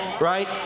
Right